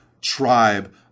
tribe